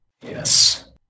Yes